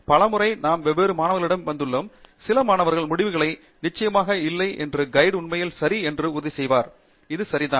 பல முறை நாம் வெவ்வேறு மாணவர்களிடம் வந்துள்ளோம்சில மாணவர்கள் முடிவுகளை நிச்சயமாக இல்லை மற்றும் ஆலோசகர் உண்மையில் சரி என்று உறுதி செய்ய முயற்சி இது சரிதான்